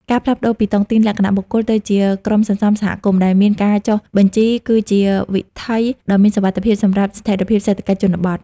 ការផ្លាស់ប្តូរពី "តុងទីនលក្ខណៈបុគ្គល" ទៅជា "ក្រុមសន្សំសហគមន៍" ដែលមានការចុះបញ្ជី គឺជាវិថីដ៏មានសុវត្ថិភាពសម្រាប់ស្ថិរភាពសេដ្ឋកិច្ចជនបទ។